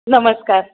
नमस्कार